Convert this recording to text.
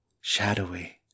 shadowy